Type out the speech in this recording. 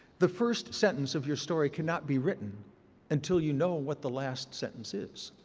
the first sentence of your story cannot be written until you know what the last sentence is.